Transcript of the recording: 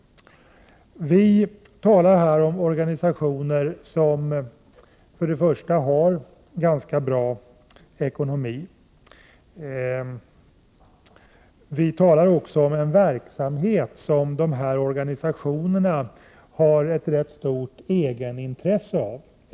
Vi talar här för det första om organisationer som har ganska bra ekonomi. Vi talar här för det andra om en verksamhet som de här organisationerna har ett rätt stort egenintresse av.